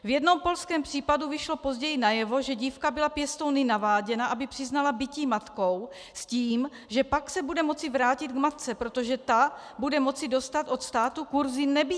V jednom polském případu vyšlo později najevo, že dívka byla pěstouny naváděna, aby přiznala bití matkou s tím, že pak se bude moci vrátit k matce, protože ta bude moci dostat od státu kurzy nebití.